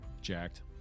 Jacked